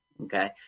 okay